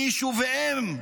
מיישוביהם,